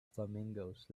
flamingos